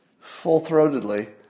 full-throatedly